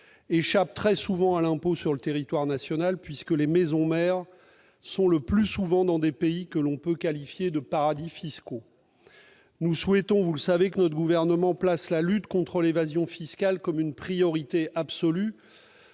échappent totalement à l'impôt sur le territoire national. En effet, les maisons mères sont le plus souvent dans des pays que l'on peut qualifier de paradis fiscaux. Nous souhaitons que le Gouvernement place la lutte contre l'évasion fiscale comme une priorité absolue,